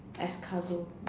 escargot